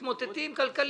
שמתמוטטים כלכלית.